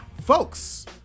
folks